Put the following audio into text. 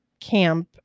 camp